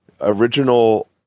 original